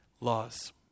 laws